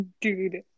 Dude